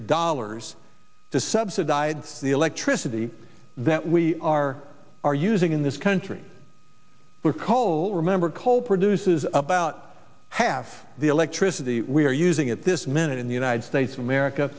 dollars to subsidize the electricity that we are are are using in this country for coal remember coal produces about half the electricity we're using at this minute in the united states of america